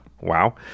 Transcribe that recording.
Wow